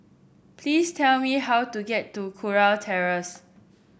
please tell me how to get to Kurau Terrace